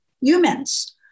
humans